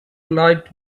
light